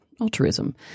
altruism